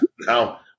now